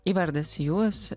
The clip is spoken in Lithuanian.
įvardis jūs